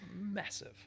massive